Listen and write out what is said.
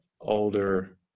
older